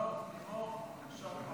אדוני היושב בראש.